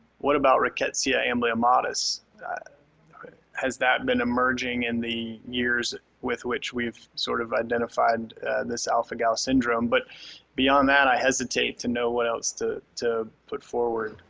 what about rickettsia amblyommatis? has that been emerging in the years with which we've sort of identified this alpha-gal syndrome? but beyond that, i hesitate to know what else to to put forward.